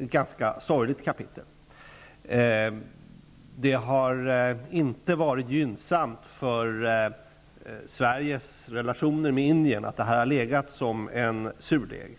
ett ganska sorgligt kapitel. Det har inte varit gynnsamt för Sveriges relationer med Indien att det här har legat som en surdeg.